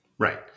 Right